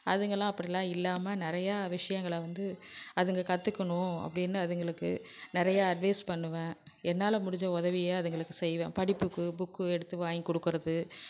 அதுங்களாம் அப்படிலாம் இல்லாமல் நிறையா விஷயங்கள வந்து அதுங்க கற்றுக்கணும் அப்படின்னு அதுங்களுக்கு நிறையா அட்வைஸ் பண்ணுவேன் என்னால் முடிஞ்ச உதவிய அதுங்களுக்கு செய்வேன் படிப்புக்கு புக்கு எடுத்து வாங்கி கொடுக்குறது